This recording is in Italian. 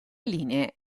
linee